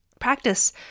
practice